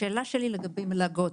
השאלה שלי לגבי מלגות.